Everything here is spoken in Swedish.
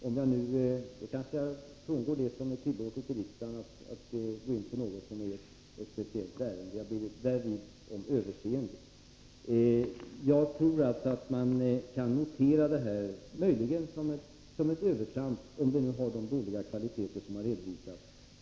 Det kanske är att frångå vad som är tillåtet i riksdagen att gå in på något så speciellt, och jag ber i så fall om överseende. Jag tror alltså att man möjligen kan notera den här föreställningen som ett övertramp, om den har de dåliga kvaliteter som har redovisats.